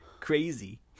Crazy